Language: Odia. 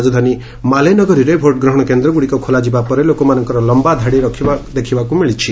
ରାଜଧାନୀ ମାଲେ ନଗରୀରେ ଭୋଟ୍ଗ୍ରହଣ କେନ୍ଦ୍ରଗୁଡ଼ିକ ଖୋଲିଯିବା ପରେ ଲୋକମାନଙ୍କର ଲମ୍ବା ଧାଡ଼ି ଦେଖିବାକୁ ମିଳିଛି